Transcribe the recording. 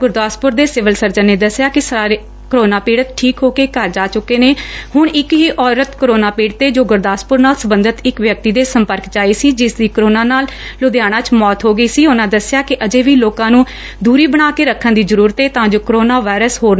ਗੁਰਦਾਸਪੁਰ ਦੇ civil surgeon ਨੇ ਦਸਿਆ ਕਿ ਸਾਰੇ ਕੋਰੋਨਾ ਪੀੜਤ ਠੀਕ ਹੋ ਕੇ ਘਰ ਜਾ ਚੁੱਕੇ ਨੇ ਹੁਣ ਇਕ ਹੀ ਔਰਤ ਕੋਰੋਨਾ ਪੀੜਤ ਏ ਜੋ ਗੁਰਦਾਸਪੁਰ ਨਾਲ ਸਬੰਧਤ ਇਕ ਵਿਅਕਤੀ ਦੇ ਸੰਪੱਰਕ ਚ ਆਈ ਸੀ ਜਿਸਦੀ ਕੋਰੋਨਾ ਨਾਲ ਲੁਧਿਆਣਾ ਚ ਮੌਤ ਹੋ ਗਈ ਸੀ ਉਨਾ ਦਸਿਆ ਕਿ ਅਜੇ ਵੀ ਲੋਕਾ ਨੰ ਦੁਰੀ ਬਣਾ ਕੇ ਰੱਖਣ ਦੀ ਜ਼ਰੁਰਤ ਏ ਤਾਂ ਜੋ ਕੋਰੋਨਾ ਵਾਇਰਸ ਹੋਰ ਨਾ ਫੈਲ ਸਕੇ